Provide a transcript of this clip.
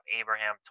Abraham